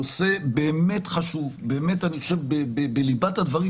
זה נושא באמת חשוב, הוא בליבת הדברים.